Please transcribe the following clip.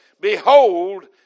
Behold